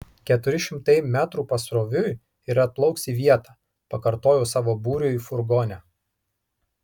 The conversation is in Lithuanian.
keturi šimtai metrų pasroviui ir atplauks į vietą pakartojo savo būriui furgone